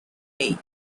made